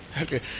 okay